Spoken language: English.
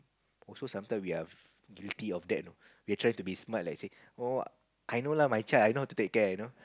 also sometime we are guilty of that you know we're try to be smart like say !aw! I know lah my child I know how to take care you know